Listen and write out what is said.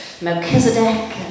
Melchizedek